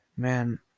Man